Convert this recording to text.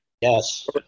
Yes